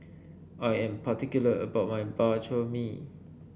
I am particular about my Bak Chor Mee